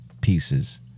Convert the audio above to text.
pieces